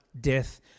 death